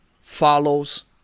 follows